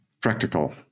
practical